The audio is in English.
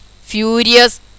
Furious